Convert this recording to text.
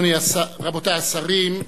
רבותי השרים,